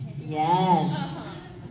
Yes